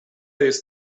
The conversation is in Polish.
jest